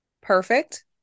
perfect